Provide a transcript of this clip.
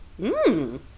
Mmm